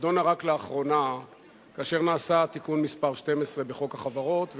נדונה רק לאחרונה כאשר נעשה תיקון מס' 12 בחוק החברות,